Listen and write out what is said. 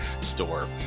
store